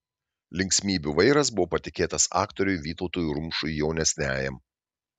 linksmybių vairas buvo patikėtas aktoriui vytautui rumšui jaunesniajam